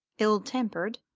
ill-tempered,